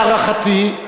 להערכתי,